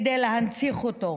כדי להנציח אותו.